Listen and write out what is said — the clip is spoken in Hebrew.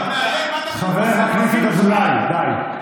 חבר הכנסת אזולאי, די.